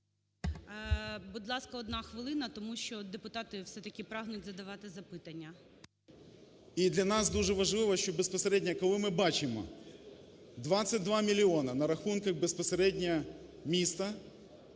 Будь ласка, одна хвилина, тому що депутати все-таки прагнуть задавати запитання. ЗУБКО Г.Г. … і для нас дуже важливо, що безпосередньо, коли ми бачимо 22 мільйони на рахунках безпосередньо міста,